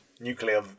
nuclear